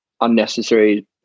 unnecessary